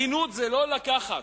הגינות זה לא לקחת,